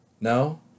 No